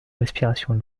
respiration